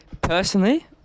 personally